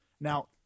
Now